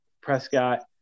Prescott